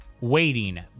waiting